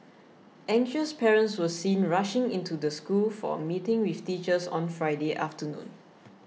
anxious parents were seen rushing into the school for a meeting with teachers on Friday afternoon